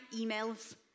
emails